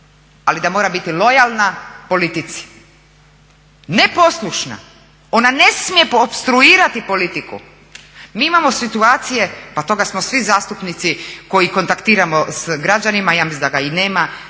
ali da mora biti lojalna politici. Ne poslušna, ona ne smije opstruirati politiku. Mi imamo situacije pa toga smo svi zastupnici koji kontaktiramo s građanima, ja mislim da ni nema